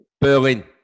Berlin